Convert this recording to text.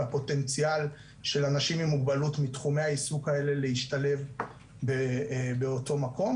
והפוטנציאל של אנשים עם מוגבלות מתחומי העיסוק האלה להשתלב באותו מקום.